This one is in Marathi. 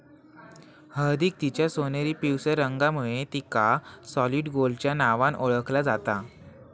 हळदीक तिच्या सोनेरी पिवळसर रंगामुळे तिका सॉलिड गोल्डच्या नावान ओळखला जाता